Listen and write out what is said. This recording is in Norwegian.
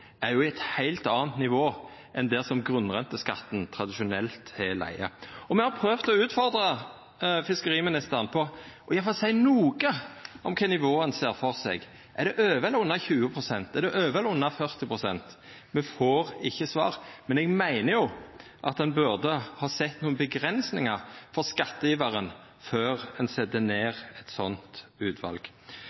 eit heilt anna nivå enn der grunnrenteskatten tradisjonelt har lege. Me har prøvd å utfordra fiskeriministeren til iallfall å seia noko om kva nivå ein ser for seg. Er det over eller under 20 pst.? Er det over eller under 40 pst.? Me får ikkje svar, men eg meiner at ein burde ha sett nokre avgrensingar for skatteiveren før ein set ned eit slikt utval.